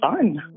fun